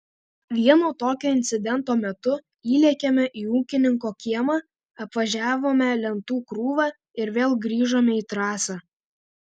vieno tokio incidento metu įlėkėme į ūkininko kiemą apvažiavome lentų krūvą ir vėl grįžome į trasą